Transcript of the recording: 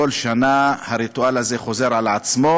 כל שנה הריטואל הזה חוזר על עצמו,